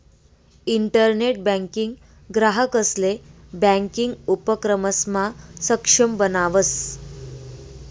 internet banking ग्राहकंसले banking उपक्रमसमा सक्षम बनावस